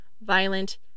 violent